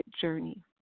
journey